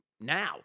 now